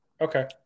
Okay